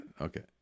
Okay